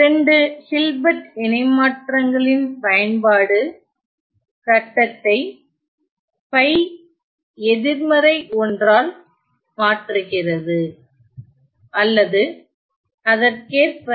இரண்டு ஹில்பர்ட் இணைமாற்றங்களின் பயன்பாடு கட்டத்தை பைஎதிர்மறை ஒன்றால் மாற்றுகிறது அல்லது அதற்கேற்ப